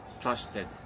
trusted